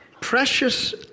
Precious